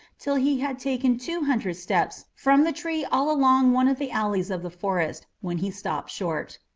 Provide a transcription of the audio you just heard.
till he had taken two hundred steps from the tree all along one of the alleys of the forest, when he stopped short.